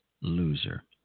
loser